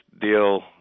deal –